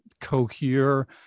cohere